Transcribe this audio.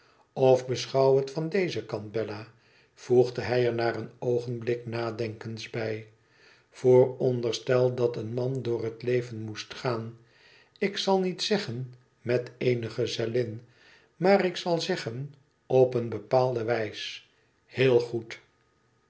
of beschouw het van dezen kant bella voegde hij er na een oogenblik nadenkens bij t vooronderstel dat een man door het leven moest gaan ik zal niet zeggen met eene gezellin maar ik zal zeggeq op eene bepaalde wijs heel goed